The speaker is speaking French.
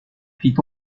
fit